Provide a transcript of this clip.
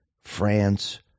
france